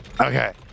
Okay